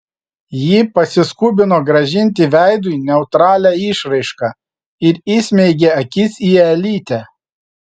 ji pasiskubino grąžinti veidui neutralią išraišką ir įsmeigė akis į elytę